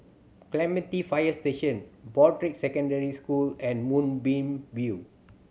Clementi Fire Station Broadrick Secondary School and Moonbeam View